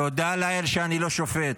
תודה לאל, אני לא שופט.